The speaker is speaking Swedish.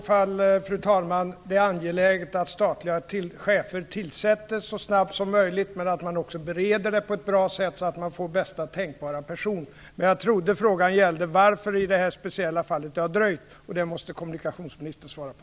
Fru talman! Det är angeläget att statliga chefer tillsätts så snabbt som möjligt men att ärendena också bereds på ett bra sätt, så att det blir bästa tänkbara person som utses. Jag trodde frågan gällde varför utnämningen har dröjt i det här speciella fallet. Den frågan måste kommunikationsministern svara på.